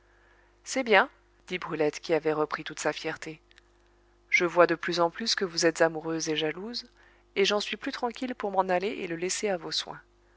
c'est bien dit brulette qui avait repris toute sa fierté je vois de plus en plus que vous êtes amoureuse et jalouse et j'en suis plus tranquille pour m'en aller et le laisser à vos soins